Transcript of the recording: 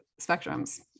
spectrums